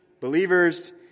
believers